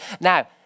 Now